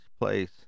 place